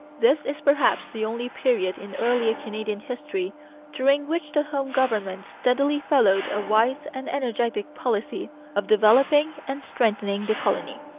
this is perhaps the only period in earlier canadian history during which the home government steadily followed a wise and energetic policy of developing and strengthening the colony.